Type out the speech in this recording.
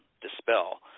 dispel